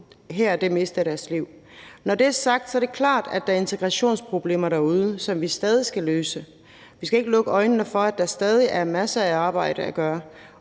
boet her det meste af deres liv. Når det er sagt, er det klart, at der er integrationsproblemer derude, som vi stadig skal løse. Vi skal ikke lukke øjnene for, at der stadig er masser af arbejde at gøre.